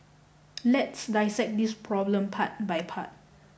let's dissect this problem part by part